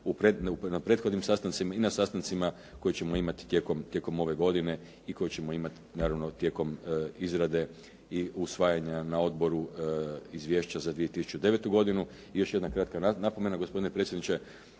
na prethodnim sastancima i na sastancima koje ćemo imati tijekom ove godine i koje ćemo imati naravno tijekom izrade i usvajanja na odboru izvješća za 2009. godinu. I još jedna kratka napomena gospodine predsjedniče,